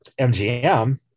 MGM